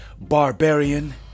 barbarian